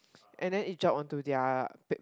and then it drop onto their